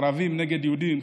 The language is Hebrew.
ערבים נגד יהודים,